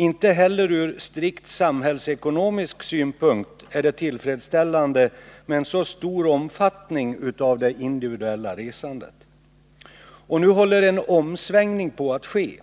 Inte heller ur strikt samhällsekonomisk synpunkt är det tillfredsställande med en så stor omfattning av det individuella resandet. Nu håller en omsvängning på att ske.